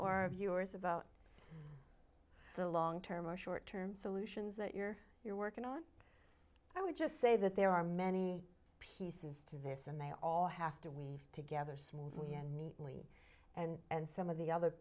our viewers about the long term or short term solutions that you're you're working on i would just say that there are many pieces to this and they all have to weave together smoothly and neatly and some of the other